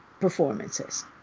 performances